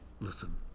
Listen